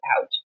out